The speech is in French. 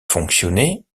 fonctionner